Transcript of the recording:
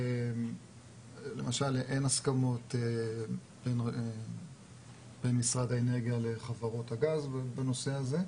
כשלמשל אין הסכמות בין משרד האנרגיה לחברות הגז בנושא הזה.